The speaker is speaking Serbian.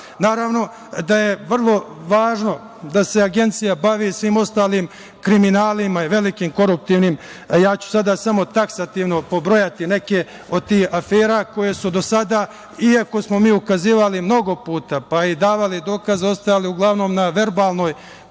para. Naravno da je vrlo važno da se Agencija bavi i svim ostalim kriminalima i velikim koruptivnim aferama. Ja ću samo taksativno pobrojati neke od tih afera koje su do sada, iako smo mi ukazivali mnogo puta, pa i davali dokaze, ostajale uglavnom na verbalnoj